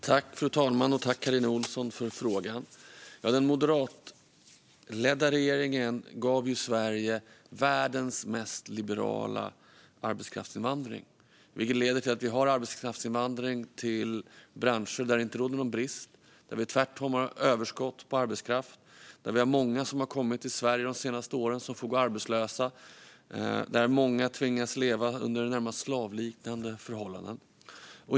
Fru talman! Tack, Carina Ohlsson, för frågan! Den moderatledda regeringen gav Sverige världens mest liberala arbetskraftsinvandring. Det har lett till att vi har arbetskraftinvandring till branscher där det inte råder någon brist eller tvärtom har överskott på arbetskraft. Många som har kommit till Sverige de senaste åren får gå arbetslösa. Många tvingas leva under närmast slavliknande förhållanden.